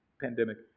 pandemic